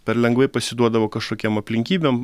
per lengvai pasiduodavo kažkokiom aplinkybėm